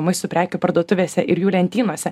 maisto prekių parduotuvėse ir jų lentynose